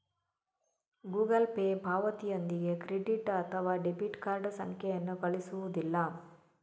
Google Pay ಪಾವತಿಯೊಂದಿಗೆ credit ಅಥವಾ debit card ಸಂಖ್ಯೆಯನ್ನು ಕಳುಹಿಸುವುದಿಲ್ಲ